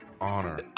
honor